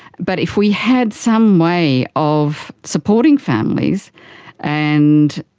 but if we had some way of supporting families and,